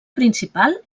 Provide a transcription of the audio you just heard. principal